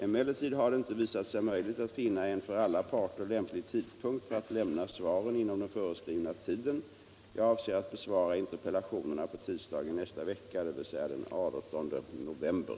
Emellertid har det inte visat sig möjligt att finna en för alla parter lämplig tidpunkt att lämna svar inom den föreskrivna tiden. Jag avser att besvara interpellationerna på tisdag i nästa vecka, dvs. den 18 november.